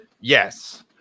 yes